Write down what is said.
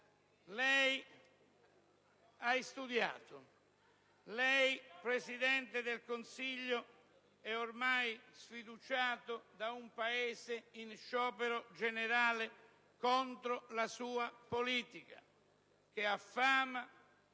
degli italiani. Lei, Presidente del Consiglio, è ormai sfiduciato da un Paese in sciopero generale contro la sua politica, che affama,